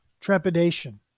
trepidation